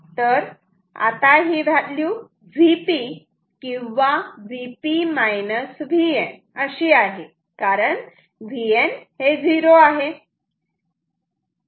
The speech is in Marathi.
तर आता ही व्हॅल्यू Vp किंवा Vp Vn अशी आहे कारण Vn 0 आहे